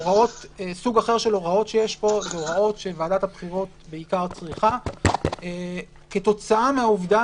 סוג אחר של הוראות שיש פה זה הוראות שוועדת הבחירות צריכה כתוצאה מהעובדה